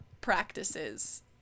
practices